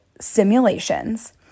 simulations